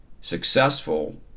successful